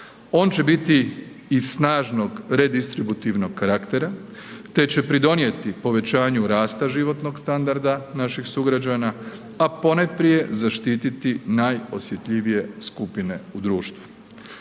on će biti iz snažnog redistributivnog karaktera, te će pridonijeti povećanju rasta životnog standarda naših sugrađana, a ponajprije zaštiti najosjetljivije skupine u društvu.